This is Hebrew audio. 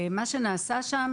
מה שנעשה שם,